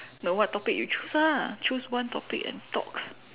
no what topic you choose lah choose one topic and talk